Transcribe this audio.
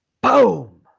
boom